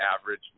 average